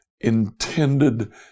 intended